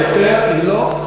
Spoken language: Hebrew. אני לא דוחה יותר, לא.